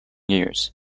years